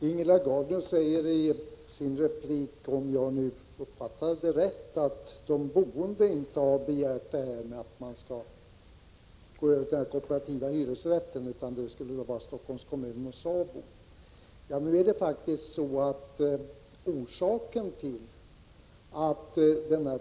Herr talman! Ingela Gardner säger i sin replik, om jag uppfattade henne rätt, att de boende inte har begärt att man skall införa kooperativ hyresrätt, utan det skulle vara Stockholms kommun och SABO som gjort det.